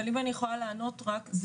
אבל אם אני יכולה לענות רק,